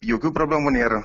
jokių problemų nėra